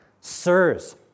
sirs